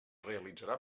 realitzarà